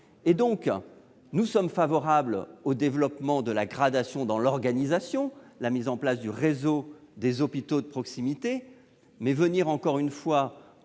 du soin. Si nous sommes favorables au développement de la gradation dans l'organisation et la mise en place du réseau des hôpitaux de proximité, nous estimons que la